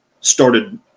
started